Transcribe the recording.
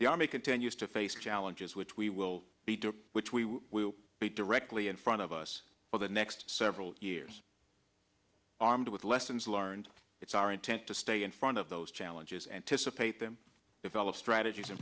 the army continues to face challenges which we will be doing which we will be directly in front of us for the next several years armed with lessons learned it's our intent to stay in front of those challenges anticipate them develop strategies